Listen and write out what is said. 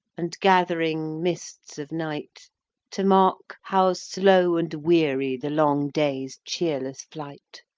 and gathering mists of night to mark how slow and weary the long day's cheerless flight!